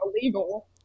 illegal